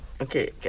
Okay